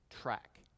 track